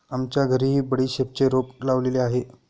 आमच्या घरीही बडीशेपचे रोप लावलेले आहे